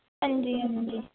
हां जी हां जी